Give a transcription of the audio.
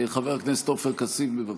חבר הכנסת עופר כסיף, בבקשה.